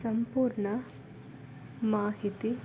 ಸಂಪೂರ್ಣ ಮಾಹಿತಿ